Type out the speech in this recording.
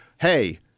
Hey